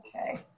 Okay